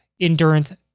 Endurance